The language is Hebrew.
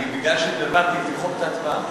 מכיוון שהתבלבלתי, תמחק את ההצבעה.